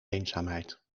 eenzaamheid